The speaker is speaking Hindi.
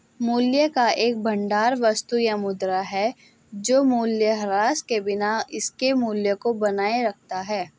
मूल्य का एक भंडार वस्तु या मुद्रा है जो मूल्यह्रास के बिना इसके मूल्य को बनाए रखता है